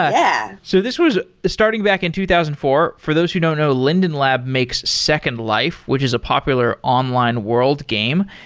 ah yeah so this was starting back in two thousand and four, for those who don't know, linden lab makes second life, which is a popular online world game.